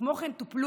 כמו כן טופלו